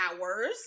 hours